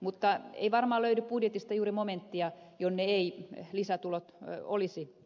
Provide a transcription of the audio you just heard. mutta ei varmaan löydy budjetista juuri momenttia jonne eivät lisätulot olisi